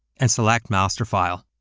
and select master file.